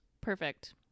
Perfect